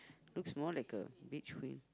looks more like a beach cream